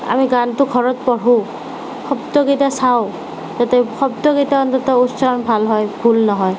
আমি গানটো ঘৰত পঢ়োঁ শব্দকেইটা চাওঁ যাতে শব্দকেইটা অন্ততঃ উচ্চাৰণ ভাল হয় ভুল নহয়